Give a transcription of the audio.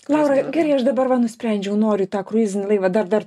laura gerai aš dabar va nusprendžiau noriu į tą kruizinį laivą dar dar